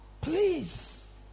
Please